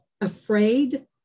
afraid